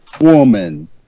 Woman